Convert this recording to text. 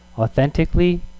authentically